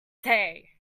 say